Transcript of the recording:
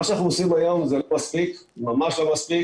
מה שאנחנו עושים היום זה ממש לא מספיק.